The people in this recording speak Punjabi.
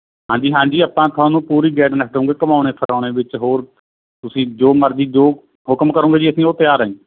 ਹਾਂਜੀ ਹਾਂਜੀ ਆਪਾਂ ਤੁਹਾਨੂੰ ਪੂਰੀ ਗਾਈਡਨੈਸ ਦਉਂਗੇ ਘੁੰਮਾਣੇ ਫਿਰਾਉਣੇ ਵਿਚ ਹੋਰ ਤੁਸੀਂ ਜੋ ਮਰਜ਼ੀ ਜੋ ਹੁਕਮ ਕਰੋਂਗੇ ਜੀ ਅਸੀਂ ਉਹ ਤਿਆਰ ਹੈ